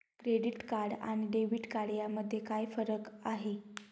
Credit card आणि debit card यामध्ये काय फरक आहे?